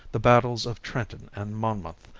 the battles of trenton and monmouth,